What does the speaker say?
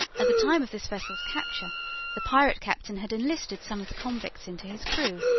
at the time of this vessel's capture the pirate captain had enlisted some of the convicts into his crew,